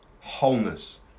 Wholeness